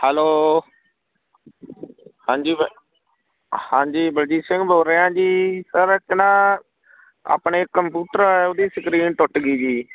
hello ਹਾਂਜੀ ਬ ਹਾਂਜੀ ਬਲਜੀਤ ਸਿੰਘ ਬੋਲ ਰਿਹਾ ਹਾਂ ਜੀ ਸਰ ਇੱਕ ਆਪਣੇ ਕੰਪਿਊਟਰ ਆ ਉਹਦੀ ਸਕਰੀਨ ਟੁੱਟ ਗਈ ਜੀ